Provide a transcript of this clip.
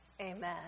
Amen